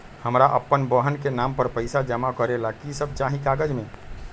हमरा अपन बहन के नाम पर पैसा जमा करे ला कि सब चाहि कागज मे?